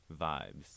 vibes